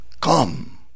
come